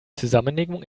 zusammenlegung